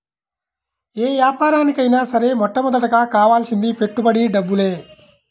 యే యాపారానికైనా సరే మొట్టమొదటగా కావాల్సింది పెట్టుబడి డబ్బులే